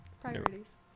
Priorities